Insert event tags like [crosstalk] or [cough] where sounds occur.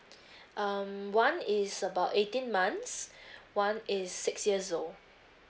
[breath] um one is about eighteen months [breath] one is six years old